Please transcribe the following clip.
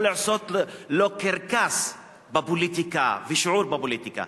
הוא יכול לעשות לו קרקס בפוליטיקה ושיעור בפוליטיקה.